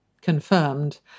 confirmed